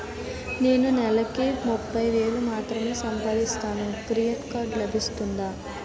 నేను నెల కి ముప్పై వేలు మాత్రమే సంపాదిస్తాను క్రెడిట్ కార్డ్ లభిస్తుందా?